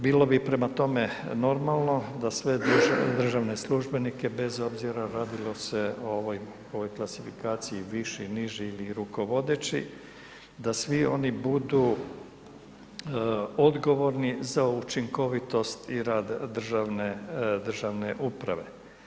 Bilo bi prema tome normalno da sve državne službenike bez obzira radilo se o ovoj klasifikaciji viši, niži ili rukovodeći, da svi oni budu odgovorni za učinkovitost i rad državne uprave.